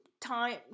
time